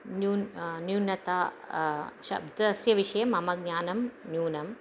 न्यून न्यूनता शब्दस्य विषये मम ज्ञानं न्यूनं